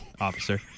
officer